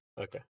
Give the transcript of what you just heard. Okay